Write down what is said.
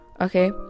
okay